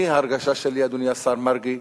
ההרגשה שלי, אדוני השר מרגי,